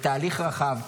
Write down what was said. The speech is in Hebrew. בתהליך רחב.